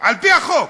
על-פי החוק.